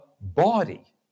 body